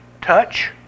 touch